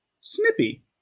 snippy